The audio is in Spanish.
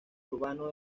urbano